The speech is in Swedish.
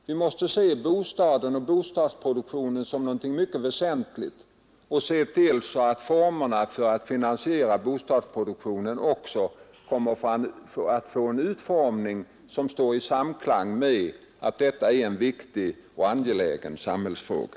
Vi måste se bostaden och bostadsproduktionen som någonting mycket väsentligt, och vi måste se till att formerna för att finansiera bostadsproduktionen står i samklang med uppfattningen att detta är en viktig och angelägen samhällsfråga.